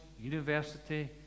university